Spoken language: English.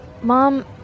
Mom